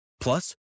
Plus